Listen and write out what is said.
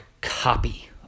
copy